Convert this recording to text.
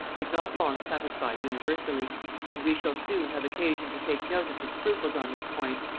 could not long satisfy universally and we shall soon have occasion to take notice of scruples on this point,